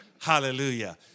Hallelujah